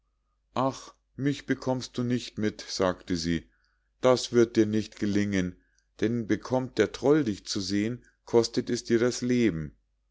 ach mich bekommst du nicht mit sagte sie das wird dir nicht gelingen denn bekommt der troll dich zu sehen kostet es dir das leben